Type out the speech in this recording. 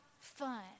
fun